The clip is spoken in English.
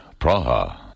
Praha